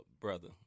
brother